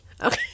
Okay